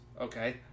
Okay